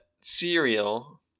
cereal